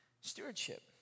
Stewardship